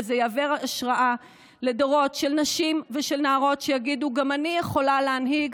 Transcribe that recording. וזה יהווה השראה לדורות של נשים ושל נערות שיגידו: גם אני יכולה להנהיג,